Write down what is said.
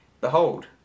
Behold